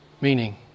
Meaning